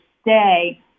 stay